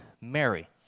Mary